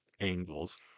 angles